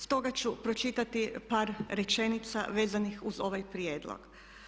Stoga ću pročitati par rečenica vezanih uz ovaj prijedlog.